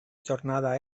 jornada